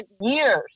years